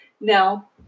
Now